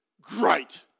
Great